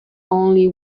only